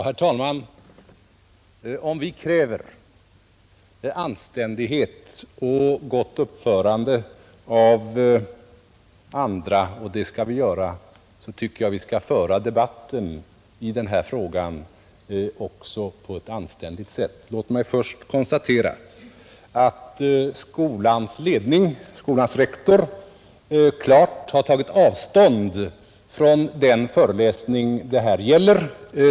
Herr talman! Om vi kräver anständighet och gott uppförande av andra — och det skall vi göra — tycker jag att vi också skall föra debatten i denna fråga på ett anständigt sätt. Låt mig först konstatera att skolans rektor klart har tagit avstånd från den föreläsning det här gäller.